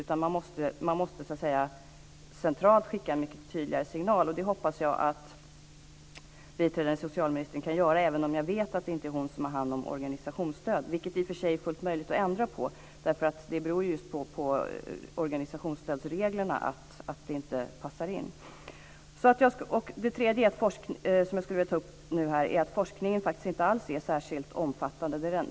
Man måste centralt skicka en mycket tydligare signal. Det hoppas jag att biträdande socialministern kan göra, även om jag vet att det inte är hon som har hand om organisationsstöd. Det är i och för sig fullt möjligt att ändra på, för det beror ju just på organisationsstödsreglerna att det inte passar in. En tredje sak som jag skulle vilja ta upp är att forskningen faktiskt inte alls är särskilt omfattande.